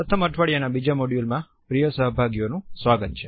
પ્રથમ અઠવાડિયા ના બીજા મોડ્યુલમાં પ્રિય સહભાગીઓનું સ્વાગત છે